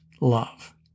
love